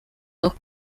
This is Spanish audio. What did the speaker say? dos